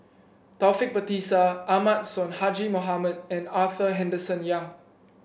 Taufik Batisah Ahmad Sonhadji Mohamad and Arthur Henderson Young